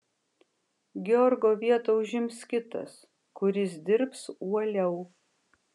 georgo vietą užims kitas kuris dirbs uoliau